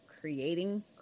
creating